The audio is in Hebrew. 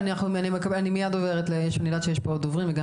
אני יודעת שיש פה עוד דוברים ואני מיד עוברת